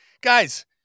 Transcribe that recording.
guys